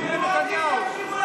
הם רוצים שימשיכו להרוג ברהט.